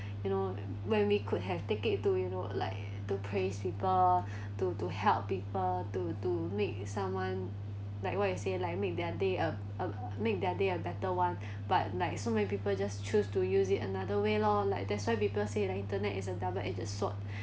you know when we could have take it to you know like to praise people to to help people to to make someone like what you say like make their day uh make their day a better one but like so many people just choose to use it another way loh like that's why people say the internet is a double edged sword